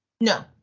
No